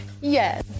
yes